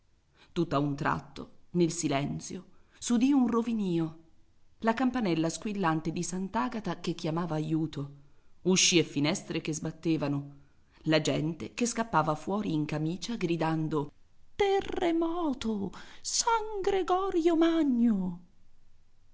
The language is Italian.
gamba tutt'a un tratto nel silenzio s'udì un rovinìo la campanella squillante di sant'agata che chiamava aiuto usci e finestre che sbattevano la gente che scappava fuori in camicia gridando terremoto san gregorio magno